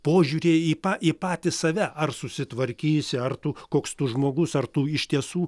požiūryje į pa į patį save ar susitvarkysi ar tu koks tu žmogus ar tu iš tiesų